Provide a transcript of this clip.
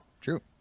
True